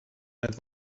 need